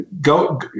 go